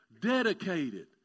dedicated